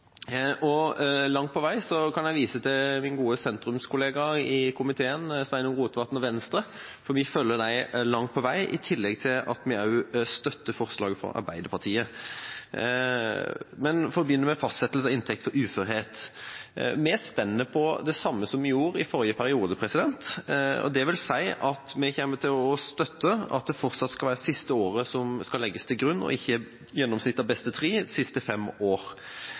dem langt på vei, i tillegg til at vi også støtter forslaget fra Arbeiderpartiet. Men for å begynne med fastsettelse av inntekt før uførhet: Vi står på det samme som vi gjorde i forrige periode, og det vil si at vi kommer til å støtte at det fortsatt skal være det siste året som skal legges til grunn, og ikke gjennomsnittet av de tre beste av de fem siste inntektsårene. Jeg kan forstå at gjennomsnittet av de tre beste av de fem siste